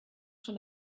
schon